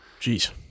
Jeez